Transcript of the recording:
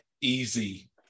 easy